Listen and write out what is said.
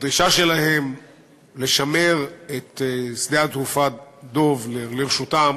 הדרישה שלהם לשמר את שדה התעופה דב לרשותם